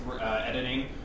editing